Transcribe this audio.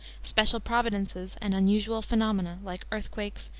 special providences and unusual phenomena, like earthquakes,